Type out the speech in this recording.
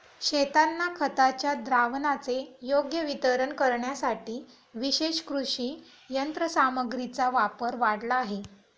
शेतांना खताच्या द्रावणाचे योग्य वितरण करण्यासाठी विशेष कृषी यंत्रसामग्रीचा वापर वाढला आहे